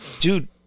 dude